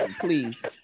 Please